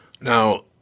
now